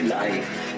life